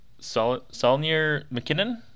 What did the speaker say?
Salnier-McKinnon